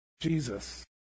Jesus